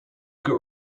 could